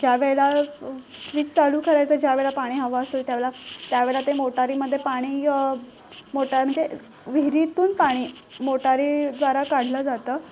ज्या वेळेला स्विच चालू करायचा ज्या वेळेला पाणी हवं असेल त्या वेळेला त्या वेळेला ते मोटारीमध्ये पाणी मोटार म्हणजे विहिरीतून पाणी मोटारीद्वारा काढलं जातं